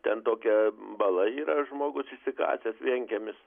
ten tokia bala yra žmogus išsikasęs vienkiemis